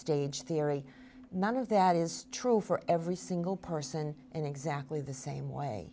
stage theory none of that is true for every single person in exactly the same way